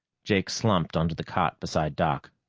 jake slumped onto the cot beside doc.